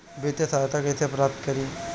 वित्तीय सहायता कइसे प्राप्त करी?